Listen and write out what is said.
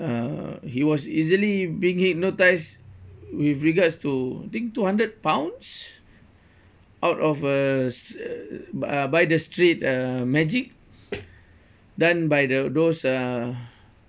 uh he was easily being hypnotised with regards to think two hundred pounds out of a uh by by the street uh magic done by the those uh